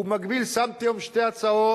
ובמקביל, שמתי היום שתי הצעות,